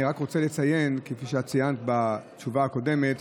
אני רק רוצה לציין, כפי שאת ציינת בתשובה הקודמת: